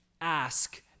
Ask